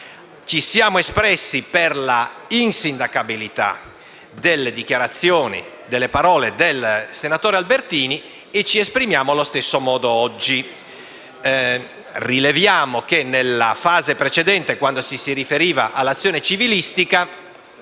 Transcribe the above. ci siamo espressi per la insindacabilità delle dichiarazioni del senatore Albertini. Ci esprimiamo allo stesso modo oggi. Rileviamo che nella fase precedente, quando ci si riferiva all'azione civilistica,